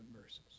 verses